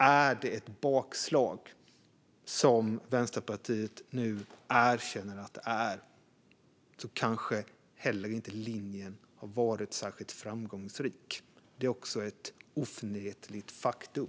Om det är ett bakslag, som Vänsterpartiet nu erkänner att det är, så har linjen kanske inte heller varit särskilt framgångsrik. Det är ett oförnekligt faktum.